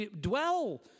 dwell